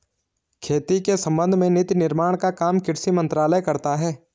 खेती के संबंध में नीति निर्माण का काम कृषि मंत्रालय करता है